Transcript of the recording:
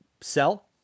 sell